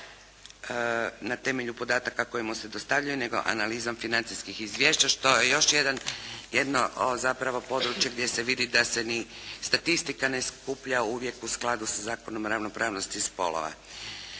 na temelju podataka koji mu se dostavljaju, nego analizom financijskih izvješća što je još jedno zapravo područje gdje se vidi da se ni statistike ne skuplja uvijek u skladu sa Zakonom o ravnopravnosti spolova.